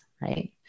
right